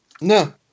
no